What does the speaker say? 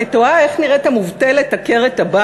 אני תוהה איך נראית המובטלת עקרת-הבית.